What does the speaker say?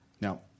Now